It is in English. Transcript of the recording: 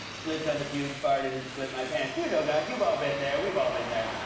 slipped on the puke, farted and split my pants. you know, guys, you've ah been there, we've all been there.